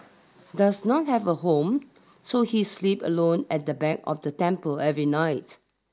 does not have a home so he sleep alone at the back of the temple every night